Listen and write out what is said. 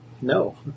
No